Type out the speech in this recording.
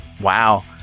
Wow